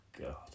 God